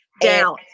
Down